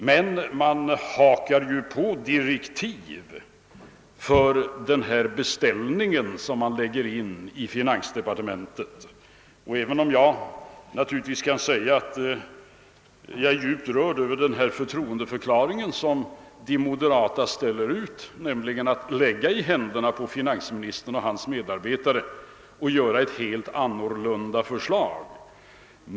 Men det hakas på direktiv för beställningen till finansdepartementet. Naturligtvis kan jag säga att jag är djupt rörd över de moderatas förtroendeförklaring, nämligen att lägga i händerna på finansministern och hans medarbetare utarbetandet av ett helt annat förslag.